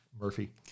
Murphy